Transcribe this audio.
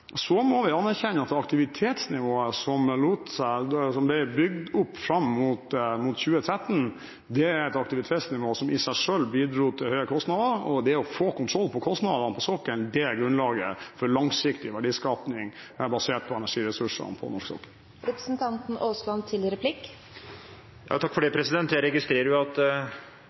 må anerkjenne at aktivitetsnivået som ble bygget opp fram mot 2013, er et aktivitetsnivå som i seg selv bidro til høye kostnader. Det å få kontroll på kostnadene på sokkelen er grunnlaget for langsiktig verdiskaping, basert på energiressursene på norsk sokkel. Jeg registrerer at etter tolv år i stolen som olje- og energiminister, er det